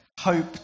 hope